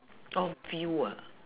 oh viu ah